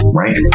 right